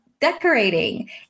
decorating